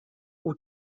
oer